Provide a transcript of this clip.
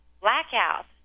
blackout